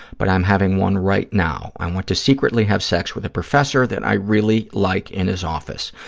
but i'm having one right now. i want to secretly have sex with a professor that i really like in his office.